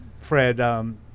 Fred –